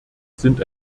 sind